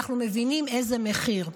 ואנחנו מבינים איזה מחיר.